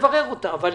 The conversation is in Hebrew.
שנברר אותה, אבל